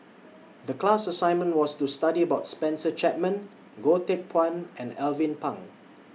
The class assignment was to study about Spencer Chapman Goh Teck Phuan and Alvin Pang